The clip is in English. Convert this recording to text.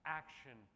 action